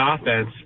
offense